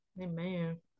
Amen